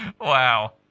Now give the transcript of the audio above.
wow